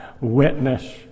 witness